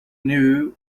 new